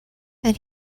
and